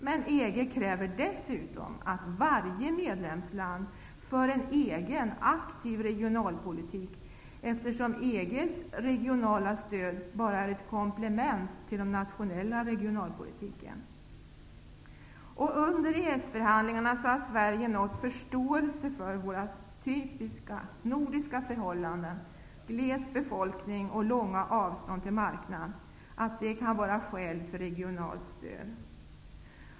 Men EG kräver dessutom att varje medlemsland för en egen aktiv regionalpolitik, eftersom EG:s regionala stöd endast är komplement till den nationella regionalpolitiken. Under EES-förhandligarna har Sverige nått förståelse för att våra typiska nordiska förhållanden -- gles befolkning och långa avstånd till marknaden -- kan vara skäl för regionalt stöd.